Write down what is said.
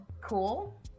Cool